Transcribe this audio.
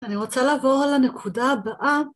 אני רוצה לעבור לנקודה הבאה.